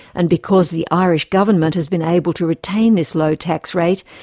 and because the irish government has been able to retain this low tax rate,